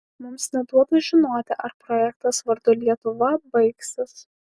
mums neduota žinoti ar projektas vardu lietuva baigsis